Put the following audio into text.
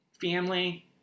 Family